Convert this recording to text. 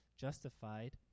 justified